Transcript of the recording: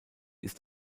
ist